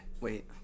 Wait